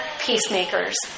peacemakers